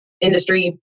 industry